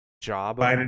job